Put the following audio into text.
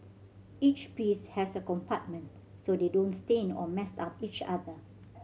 each piece has a compartment so they don't stain or mess up each other